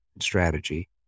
strategy